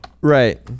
Right